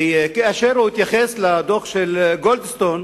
וכאשר הוא התייחס לדוח של גולדסטון,